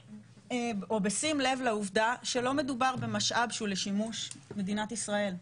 בשים לב לעובדה שלא מדובר במשאב שהוא לשימוש מדינת ישראל.